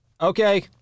Okay